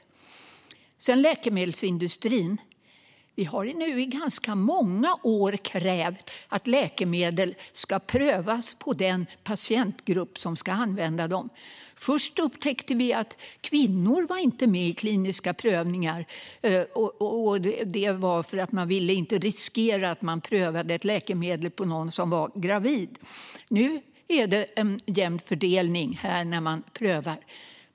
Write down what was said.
När det gäller läkemedelsindustrin har vi i ganska många år krävt att läkemedel ska prövas på den patientgrupp som ska använda dem. Först upptäckte vi att kvinnor inte var med i kliniska prövningar, och det var för att man inte ville riskera att pröva ett läkemedel på någon som var gravid. Nu är det en jämn fördelning när man prövar.